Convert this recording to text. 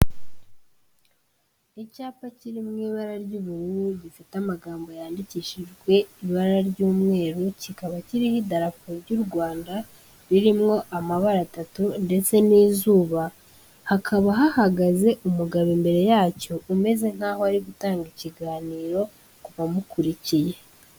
Icyapa kiri mu ibara ry'ubururu gifite amagambo yandikishijwe ibara ry'umweru, kikaba kiriho idarapo ry'u Rwanda ririmo amabara atatu, ndetse n'izuba. Hakaba hahagaze umugabo imbere yacyo umeze nk'aho arigutanga ikiganiro ku bamukurikiye.